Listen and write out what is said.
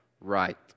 right